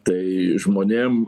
tai žmonėm